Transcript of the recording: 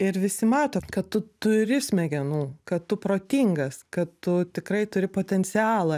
ir visi mato kad tu turi smegenų kad tu protingas kad tu tikrai turi potencialą